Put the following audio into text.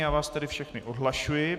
Já vás tedy všechny odhlašuji.